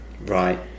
Right